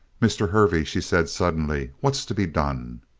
mr. hervey, she said suddenly. what's to be done?